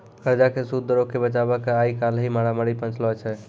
कर्जा के सूद दरो के बचाबै के आइ काल्हि मारामारी मचलो छै